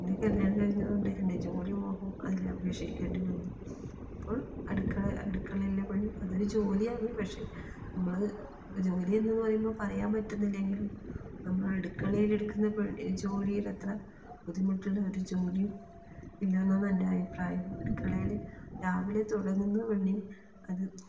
എൻ്റെ കല്യാണം കഴിഞ്ഞത് കൊണ്ട് എൻ്റെ ജോലി മോഹം അതിൽ ഉപേക്ഷിക്കേണ്ടി വന്നു ഇപ്പോൾ അടുക്കളേ അടുക്കളയിലെ പണി അതൊരു ജോലിയാണ് പക്ഷേ നമ്മൾ ജോലിയെന്ന് പറയുമ്പോൾ പറയാൻ പറ്റുന്നില്ലെങ്കിലും നമ്മൾ അടുക്കളയിലെടുക്കുന്ന പണി ജോലീടത്ര ബുദ്ധിമുട്ടുള്ള ഒരു ജോലി ഇല്ലായെന്നാണ് എൻ്റെ അഭിപ്രായം അടുക്കളയിൽ രാവിലെ തുടങ്ങുന്നു പണി അത്